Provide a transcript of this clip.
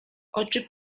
oczy